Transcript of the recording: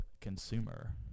consumer